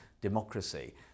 democracy